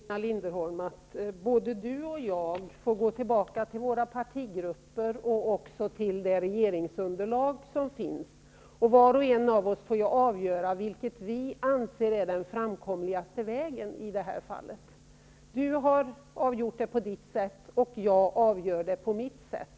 Herr talman! Både Christina Linderholm och jag får väl gå tillbaka till våra partigrupper och till det regeringsunderlag som finns, och var och en av oss får avgöra vilken som är den framkomligaste vägen i det här fallet. Christina Linderholm har avgjort det på sitt sätt, och jag avgör det på mitt sätt.